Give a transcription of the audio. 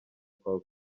kwa